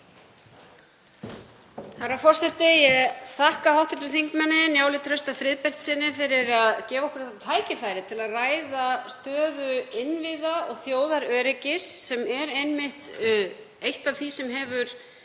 Herra forseti. Ég þakka hv. þm. Njáli Trausta Friðbertssyni fyrir að gefa okkur tækifæri til að ræða stöðu innviða og þjóðaröryggis, sem er einmitt eitt af því sem hefur